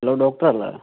hello doctor അല്ലേ